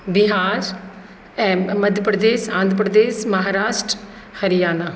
Bihar Madhya Pradesh Andhra Pradesh Maharashtra Haryana